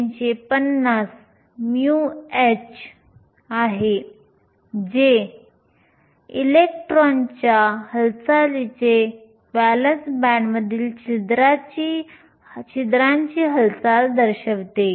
1350 mu h आहे जे छिद्रांच्या हालचालीचे व्हॅलेन्स बँडमधील छिद्रांची हालचाल दर्शवते